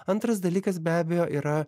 antras dalykas be abejo yra